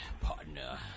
partner